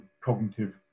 cognitive